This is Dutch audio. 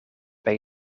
bij